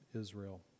Israel